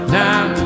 now